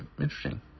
Interesting